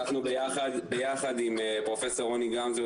ביחד עם פרופ' רוני גמזו,